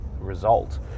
result